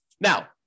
Now